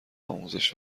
آموزش